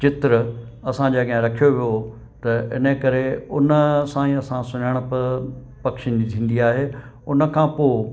चित्र असांजे अॻियां रखियो वियो हुओ त इन करे उन सां ई असां सुञाणप पखियुन जी थींदी आहे उन खां पोइ